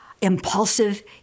impulsive